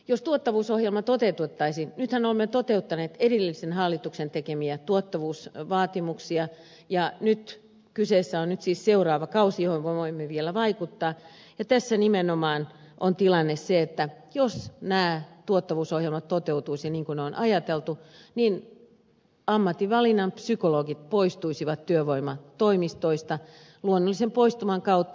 jos tuottavuusohjelma toteutettaisiin nythän olemme toteuttaneet edellisen hallituksen tekemiä tuottavuusvaatimuksia ja nyt kyseessä on siis seuraava kausi johon voimme vielä vaikuttaa tässä nimenomaan on tilanne se että jos nämä tuottavuusohjelmat toteutuisivat niin kuin on ajateltu ammatinvalinnan psykologit poistuisivat työvoimatoimistoista luonnollisen poistuman kautta